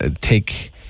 take